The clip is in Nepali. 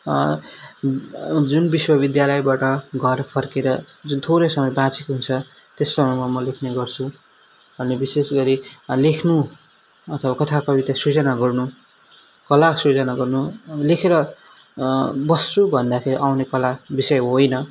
जुन विश्वविद्यालयबाट घर फर्किएर जुन थोरै समय बाँचेको हुन्छ त्यस समयमा म लेख्ने गर्छु अनि विशेष गरी लेख्नु अथवा कथा कविता सृजना गर्नु कला सृजना गर्नु लेखेर बस्छु भन्दाखेरि आउने कला विषय होइन